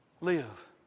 live